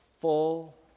full